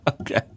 Okay